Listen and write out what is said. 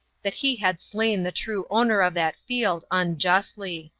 that he had slain the true owner of that field unjustly.